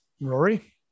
Rory